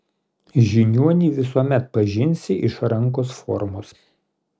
žiniuonį visuomet pažinsi iš rankos formos